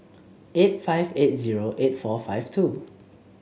eight five eight zero eight four five two